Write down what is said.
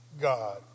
God